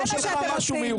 זה מה שאתם עושים.